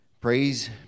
Praise